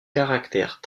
caractères